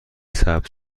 ثبت